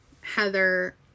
Heather